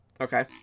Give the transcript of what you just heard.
okay